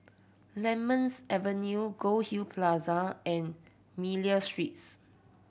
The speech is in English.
Lemons Avenue Goldhill Plaza and Miller Streets